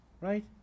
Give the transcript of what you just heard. right